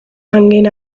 hanging